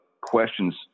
questions